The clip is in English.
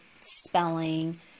spelling